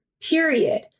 period